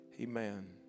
amen